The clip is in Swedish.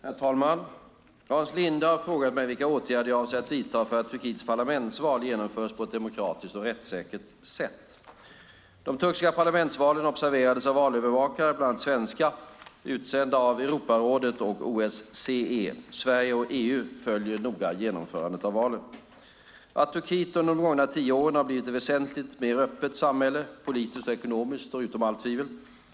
Herr talman! Hans Linde har frågat mig vilka åtgärder jag avser att vidta för att Turkiets parlamentsval genomförs på ett demokratiskt och rättssäkert sätt. De turkiska parlamentsvalen observerades av valövervakare, bland annat svenska, utsända av Europarådet och OSSE. Sverige och EU följde noga genomförandet av valen. Att Turkiet under de gångna tio åren blivit ett väsentligt mer öppet samhälle, politiskt och ekonomiskt, står utom allt tvivel.